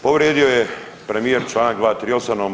Povrijedio je premijer članak 238.